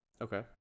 Okay